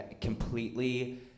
completely